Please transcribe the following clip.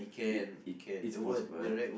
it it it's possible